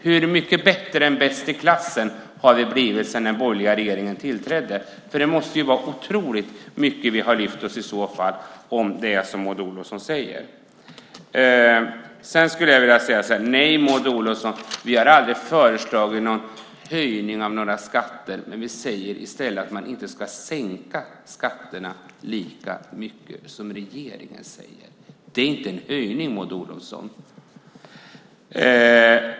Hur mycket bättre än bäst i klassen har vi blivit sedan den borgerliga regeringen tillträdde? Det måste vara otroligt mycket som vi har lyft oss om det är som Maud Olofsson säger. Sedan skulle jag vilja säga så här: Nej, Maud Olofsson, vi har aldrig föreslagit någon höjning av några skatter. Vi säger i stället att man inte ska sänka skatterna lika mycket som regeringen säger. Det är inte en höjning, Maud Olofsson.